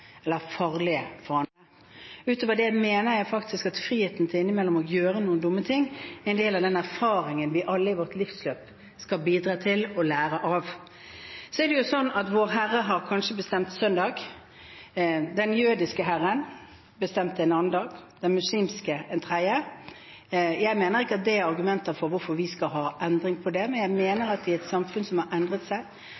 eller farlige for andre. Utover det mener jeg faktisk at friheten til innimellom å gjøre noen dumme ting er en del av den erfaringen vi alle i vårt livsløp skal lære av. Så er det jo sånn at Vår Herre kanskje har bestemt søndag. Den jødiske Herren bestemte en annen dag, den muslimske en tredje. Jeg mener at det ikke er argumenter for hvorfor vi skal ha en endring på det, men jeg mener at i et samfunn som har endret seg,